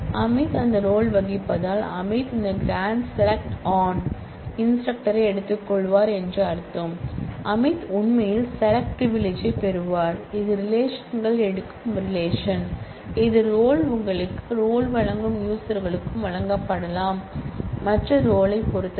அமித் அந்த ரோல் வகிப்பதால் அமித் இந்த கிராண்ட் செலக்ட் ஆன் இன்ஸ்டிரக்டரை எடுத்துக்கொள்வார் என்று அர்த்தம் அமித் உண்மையில் செலக்ட் பிரிவிலிஜ்யை பெறுவார் இது ரிலேஷன்கள் எடுக்கும் ரிலேஷன் இது ரோல்உங்களுக்கு ரோல் வழங்கும் யூசர்களுக்கும் வழங்கப்படலாம் மற்ற ரோல் ஐ பொறுத்தவரை